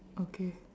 okay